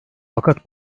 fakat